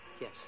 yes